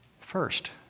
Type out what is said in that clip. first